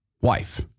wife